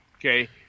okay